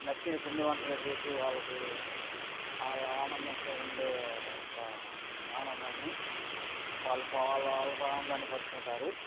నచ్చిన పిండివంటలు చేసి వాళ్ళకి వాళ్ళ ఆనందంతో ఉండే యొక్క ఆనందాన్ని వాళ్ళతో ఆనందాన్ని పంచుకుంటారు